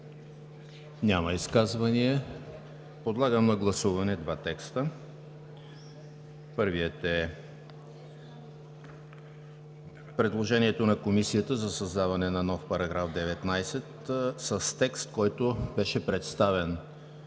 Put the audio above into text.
Няма. Подлагам на гласуване три текста. Първият е предложението на Комисията за създаване на нов § 7 с текст, който беше представен